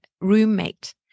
roommate